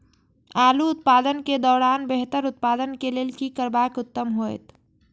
आलू उत्पादन के दौरान बेहतर उत्पादन के लेल की करबाक उत्तम होयत?